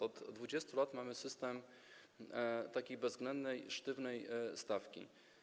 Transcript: Od 20 lat mamy system takiej bezwzględnej i sztywnej stawki.